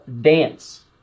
dance